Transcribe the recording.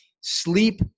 sleep